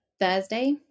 Thursday